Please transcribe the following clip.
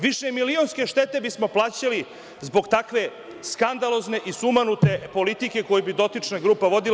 Višemilionske štete bismo plaćali zbog takve skandalozne i sumanute politike koju bi dotična grupa vodila.